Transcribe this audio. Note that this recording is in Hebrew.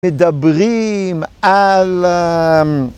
מדברים על אמ...